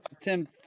Tim